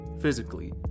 Physically